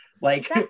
Like-